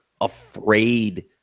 afraid